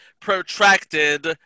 protracted